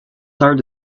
heart